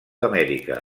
amèrica